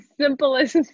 simplest